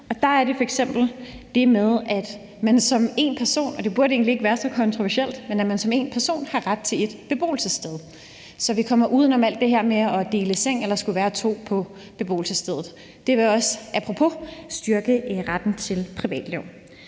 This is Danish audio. Der er det f.eks. det med, at man som én person har ret til – og det burde egentlig ikke være så kontroversielt – ét beboelsessted, så vi kommer uden om alt det her med at dele seng eller at skulle være to på beboelsesstedet. Det vil også styrke retten til privatliv.